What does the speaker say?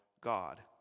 God